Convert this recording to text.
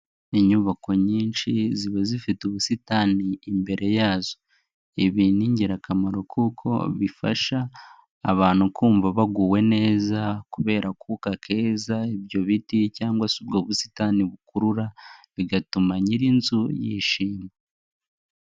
Inyubako nyinshi ziba zifite ubusitani imbere yazo, ibi ni ingirakamaro kuko bifasha abantu kumva baguwe neza kubera akuka keza, ibyo biti cyangwa se ubwo busitani bukurura, bigatuma nyir'inzu yishima.